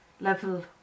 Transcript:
level